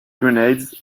grenades